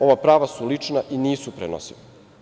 Ova prava su lična i nisu prenosiva.